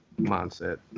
mindset